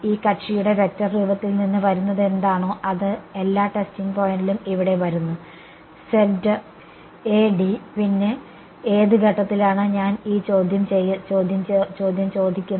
ഈ കക്ഷിയുടെ വെക്റ്റർ രൂപത്തിൽ നിന്ന് വരുന്നതെന്താണോ അത് എല്ലാ ടെസ്റ്റിംഗ് പോയിന്റിലും ഇവിടെ വരുന്നു പിന്നെ ഏത് ഘട്ടത്തിലാണ് ഞാൻ ഈ ചോദ്യം ചോദിക്കുന്നത്